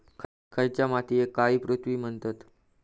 खयच्या मातीयेक काळी पृथ्वी म्हणतत?